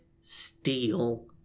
steel